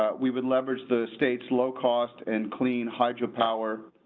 ah we would leverage the states low cost and clean hydropower.